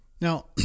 Now